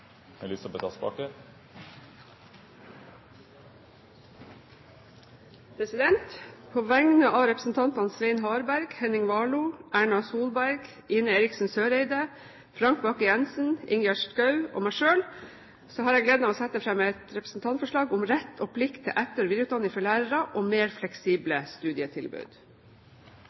På vegne av representantene Svein Harberg, Henning Warloe, Erna Solberg, Ine M. Eriksen Søreide, Frank Bakke Jensen, Ingjerd Schou og meg selv har jeg gleden av å sette fram et representantforslag om rett og plikt til etter- og videreutdanning for lærere og mer fleksible studietilbud.